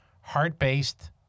heart-based